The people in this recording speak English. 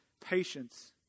patience